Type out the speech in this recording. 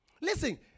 Listen